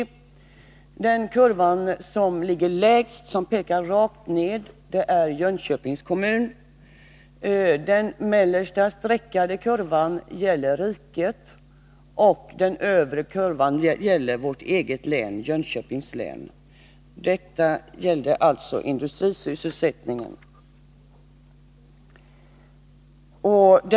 Vi kan se att den kurva som ligger lägst och som pekar rakt nedåt är den som visar sysselsättningsutvecklingen för Jönköpings kommun. Däröver markeras kurvan avseende utvecklingen för riket, och något högre ligger sedan kurvan för Jönköpings län. Jag ville med detta illustrera skillnaderna i sysselsättningsutveckling mellan Jönköpings kommun och länet som helhet.